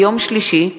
ביום שלישי,